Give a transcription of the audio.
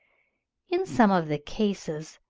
in some of the cases,